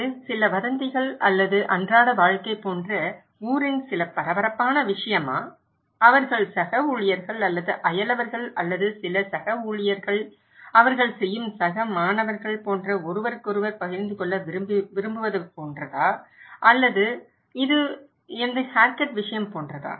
இது சில வதந்திகள் அல்லது அன்றாட வாழ்க்கை போன்ற ஊரின் சில பரபரப்பான விஷயமா அவர்கள் சக ஊழியர்கள் அல்லது அயலவர்கள் அல்லது சில சக ஊழியர்கள் அவர்கள் செய்யும் சக மாணவர்கள் போன்ற ஒருவருக்கொருவர் பகிர்ந்து கொள்ள விரும்புகிறார்கள் அல்லது இது எனது ஹேர்கட் விஷயமா